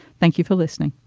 thank you for listening.